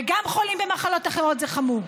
וגם חולים במחלות אחרות זה חמור.